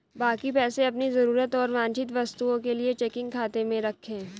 बाकी पैसे अपनी जरूरत और वांछित वस्तुओं के लिए चेकिंग खाते में रखें